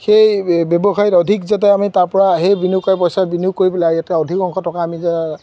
সেই ব্যৱসায়িত অধিক যাতে আমি তাৰ পৰা সেই বিনিয়োগৰ পইচা বিনিয়োগ কৰি পেলাই ইয়াতে অধিক অংশ টকা আমি যে